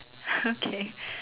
okay